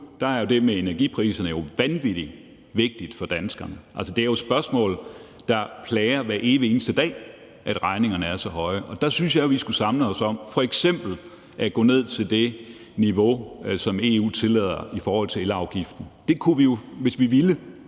nu er det med energipriserne jo vanvittig vigtigt for danskerne. Det er jo et spørgsmål, der plager os hver evig eneste dag, altså at regningerne er så høje. Der synes jeg jo, at vi skulle samle os om f.eks. at gå ned til det niveau, som EU tillader i forhold til elafgiften. Hvis vi ville,